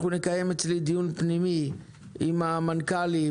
אנחנו נקיים אצלי דיון פנימי עם המנכ"לים,